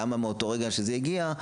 למה מאותו רגע שזה הגיע,